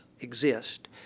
exist